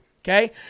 okay